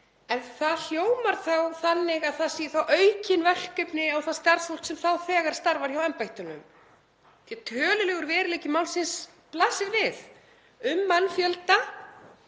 En það hljómar þannig að það séu þá aukin verkefni fyrir það starfsfólk sem þegar starfar hjá embættunum því tölulegur veruleiki málsins blasir við, um mannfjölda